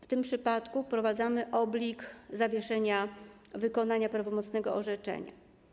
W tym przypadku wprowadzamy oblig zawieszenia wykonania prawomocnego orzeczenia.